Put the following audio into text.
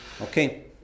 Okay